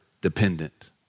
dependent